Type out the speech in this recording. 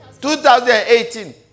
2018